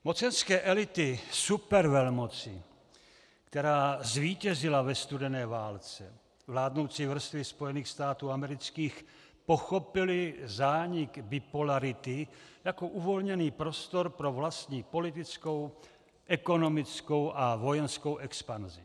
Mocenské elity supervelmoci, která zvítězila ve studené válce, vládnoucí vrstvy Spojených států amerických, pochopily zánik bipolarity jako uvolněný prostor pro vlastní politickou, ekonomickou a vojenskou expanzi.